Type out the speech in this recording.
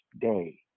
day